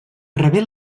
rebé